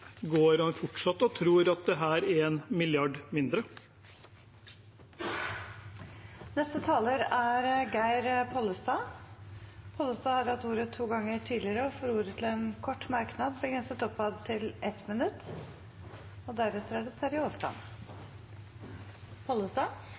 her er en milliard mindre? Representanten Geir Pollestad har hatt ordet to ganger tidligere og får ordet til en kort merknad, begrenset til 1 minutt. Eg reagerer ganske kraftig når statsråden skal oppklara eit svar på eit spørsmål og